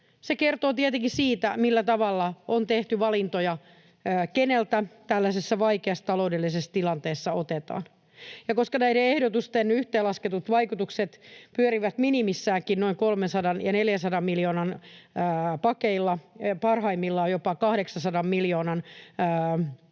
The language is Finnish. Se kertoo tietenkin siitä, millä tavalla on tehty valintoja, keneltä tällaisessa vaikeassa taloudellisessa tilanteessa otetaan. Koska näiden ehdotusten yhteenlasketut vaikutukset pyörivät minimissäänkin noin 300 ja 400 miljoonan pakeilla, parhaimmillaan jopa 800 miljoonan nurkilla,